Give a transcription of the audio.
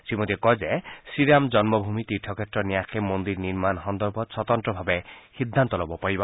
শ্ৰীমোদীয়ে কয় যে শ্ৰীৰাম জন্মভূমি তীৰ্থক্ষেত্ৰ ন্যাসে মন্দিৰ নিৰ্মাণ সন্দৰ্ভত স্বতন্ত্ৰভাৱে সিদ্ধান্ত ল'ব পাৰিব